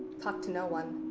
talked to no one